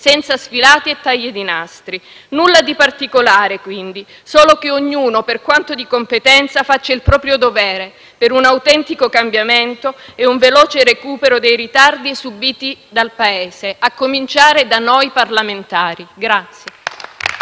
senza sfilate e tagli di nastri. Nulla di particolare, quindi, solo che ognuno, per quanto di competenza, faccia il proprio dovere per un autentico cambiamento e un veloce recupero dei ritardi subiti dal Paese, a cominciare da noi parlamentari.